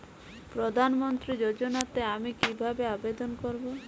প্রধান মন্ত্রী যোজনাতে আমি কিভাবে আবেদন করবো?